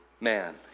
man